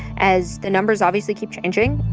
as the numbers obviously keep changing